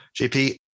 jp